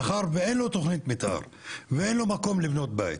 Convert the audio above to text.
מאחר ואין לו תכנית מתאר ואין לו מקום לבנות בית,